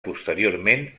posteriorment